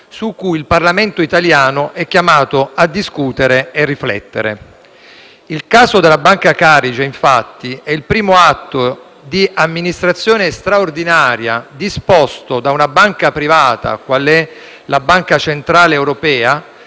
su cui il Parlamento italiano è chiamato a discutere e a riflettere. Il caso di Banca Carige, infatti, è il primo atto di amministrazione straordinaria disposto da una banca privata qual è la Banca centrale europea,